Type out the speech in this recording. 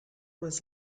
was